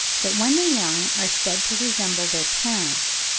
that when the young are said to resemble their parents,